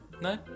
No